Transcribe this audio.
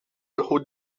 who